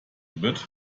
bit